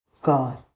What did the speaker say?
God